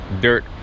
Dirt